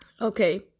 Okay